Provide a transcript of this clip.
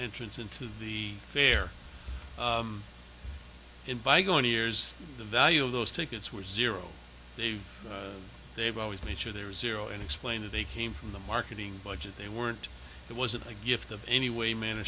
entrance into the fair and by going to years the value of those tickets were zero they've they've always made sure there was zero and explain that they came from the marketing budget they weren't it wasn't a gift of any way manner